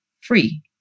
free